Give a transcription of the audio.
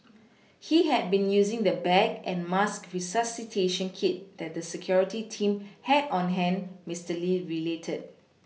he had been using the bag and mask resuscitation kit that the security team had on hand Mister Lee related